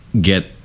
get